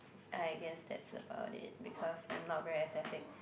I guessed that's about it because I'm not very aesthetic